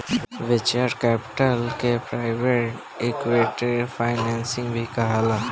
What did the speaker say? venture capital के private equity financing भी कहाला